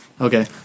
Okay